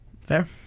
Fair